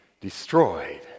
destroyed